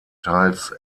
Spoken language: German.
teils